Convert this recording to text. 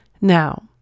Now